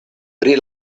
pri